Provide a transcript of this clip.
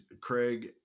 Craig